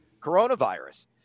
coronavirus